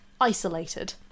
isolated